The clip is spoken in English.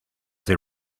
they